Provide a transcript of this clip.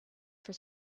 for